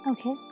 Okay